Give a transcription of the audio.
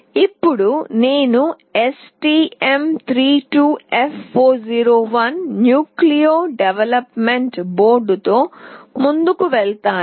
ఇప్పుడు నేను STM32F401 nucleo development బోర్డుతో ముందుకు వెళ్తాను